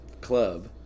club